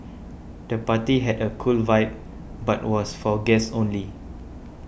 the party had a cool vibe but was for guests only